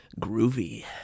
Groovy